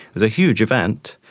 was a huge event.